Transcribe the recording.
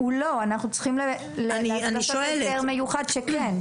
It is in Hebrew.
הוא לא, אנחנו צריכים לעשות הסדר מיוחד שכן.